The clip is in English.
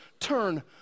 turn